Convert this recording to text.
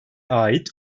ait